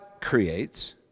creates